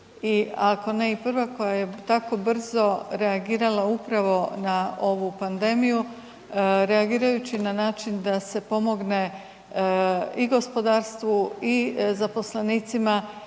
ako ne i prva koja je tako brzo reagirala upravo na ovu pandemiju, reagirajući na način da se pomogne i gospodarstvu i zaposlenicima